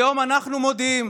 היום אנחנו מודיעים: